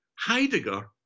Heidegger